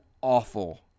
awful